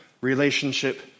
relationship